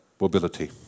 mobility